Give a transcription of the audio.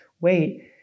Wait